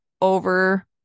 over